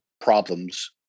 problems